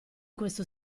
questo